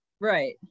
Right